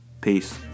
peace